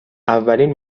اولین